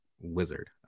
wizard